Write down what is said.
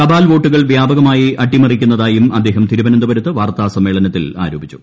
തപാൽ വോട്ടുകൾ വൃാപകമായി അട്ടിമറിക്കുന്നതായും അദ്ദേഹം തിരുവനന്തപുരത്ത് വാർത്താസമ്മേളനത്തിൽ ആരോപിച്ചു